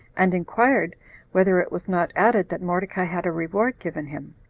and inquired whether it was not added that mordecai had a reward given him?